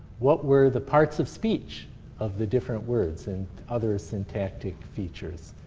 what were the parts of speech of the different words and other ah syntactic features.